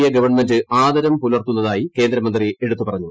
A government ആദ്രം പുലർത്തുന്നതായി കേന്ദ്രമന്ത്രി എടുത്തു പറഞ്ഞു